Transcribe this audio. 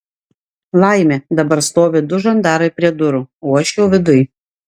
laimė dabar stovi du žandarai prie durų o aš jau viduj